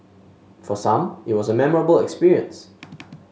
for some it was a memorable experience